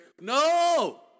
No